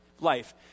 Life